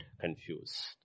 confused